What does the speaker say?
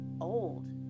old